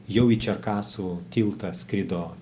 jau į čerkasų tiltą skrido